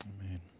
Amen